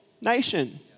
nation